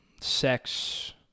sex